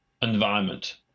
environment